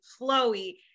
flowy